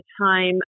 time